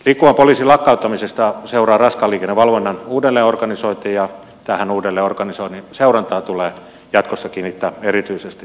liikkuvan poliisin lakkauttamisesta seuraa raskaan liikenteen valvonnan uudelleenorganisointi ja tähän uudelleenorganisoinnin seurantaan tulee jatkossa kiinnittää erityisesti huomiota